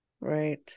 Right